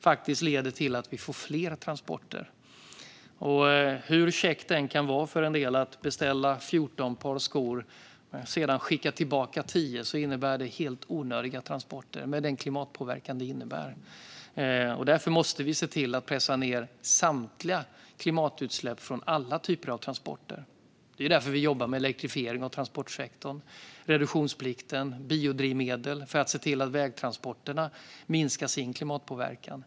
E-handeln kan ha sina fördelar, men hur käckt det än kan vara för en del att beställa 14 par skor och sedan skicka tillbaka 10 innebär det helt onödiga transporter med den klimatpåverkan det medför. Därför måste vi pressa ned samtliga klimatutsläpp från alla typer av transporter. Det är därför vi jobbar med elektrifiering av transportsektorn, reduktionsplikt och biodrivmedel för att se till att vägtransporterna minskar sin klimatpåverkan.